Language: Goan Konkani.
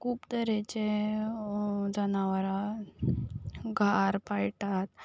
खूब तरेचे जनावरां पाळटात